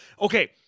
Okay